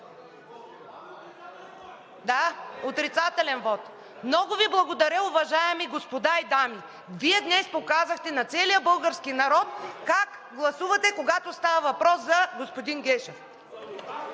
Да, отрицателен вот! Много Ви благодаря, уважаеми господа и дами! Вие днес показахте на целия български народ как гласувате, когато става въпрос за господин Гешев!